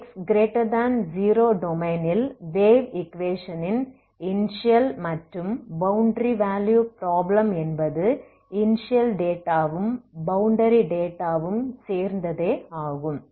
x0டொமைனில் wave ஈக்வேஷனின் initial மற்றும் boundary value problem என்பது இனிஷியல் டேட்டாவும் பௌண்டரி டேட்டாவும் சேர்ந்ததே ஆகும்